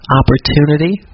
opportunity